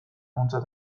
ontzat